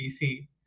PC